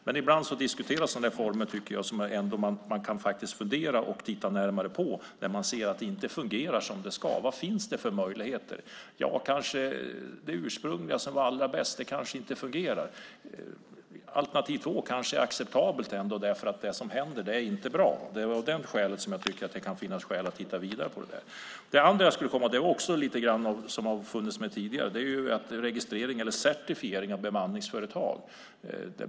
Men ibland diskuteras former som man ändå kan fundera över och titta närmare på när man ser att det inte fungerar som det ska. Vad finns det för möjligheter? Det ursprungliga som var allra bäst kanske inte fungerar. Alternativ två kanske ändå är acceptabelt därför att det som händer inte är bra. Det var därför jag tyckte att det kunde finnas skäl att titta vidare på det. Mitt andra förslag gäller registrering eller certifiering av bemanningsföretag.